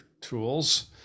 tools